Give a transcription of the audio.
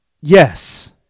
yes